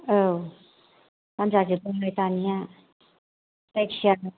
औ दाम जाजोबबाय दानिया जायखिया